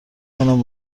کنم